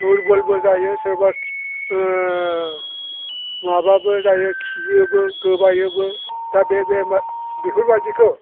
दुर्बलबो जायो सोरबा माबाबो जायो खियोबो गोबायोबो दा बे बेफोरबायदिखौ